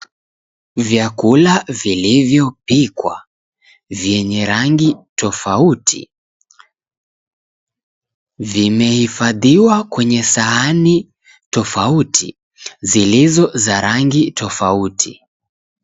Vyakula vilivyopikwa vyenye rangi tofauti vimehifadhiwa kwenye sahani tofauti zilizo za rangi tofauti.